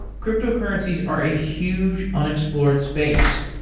cryptocurrencies are a huge unexplored space.